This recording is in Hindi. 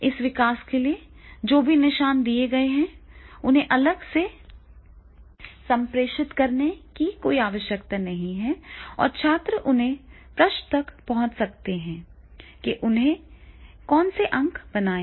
इस विकास के लिए जो भी निशान दिए गए हैं उन्हें अलग से संप्रेषित करने की कोई आवश्यकता नहीं है और छात्र अपने पृष्ठ तक पहुँच सकते हैं कि उसने कौन से अंक बनाए हैं